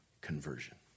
conversion